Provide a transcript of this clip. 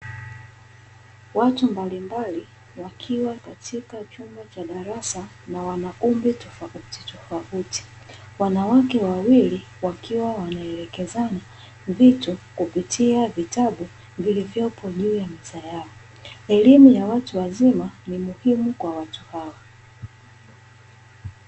Watu mbalimbali wakiwa katika chumba cha darasa na wana umri tofautitofauti, wanawake wawili wakiwa wanelekezana vitu kupitia vitabu vilivyopo juu ya meza yao. Elimu ya watu wazima ni muhimu kwa watu hao.